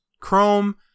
Chrome